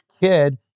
kid